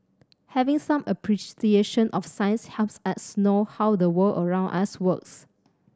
having some appreciation of science helps us know how the world around us works